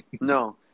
No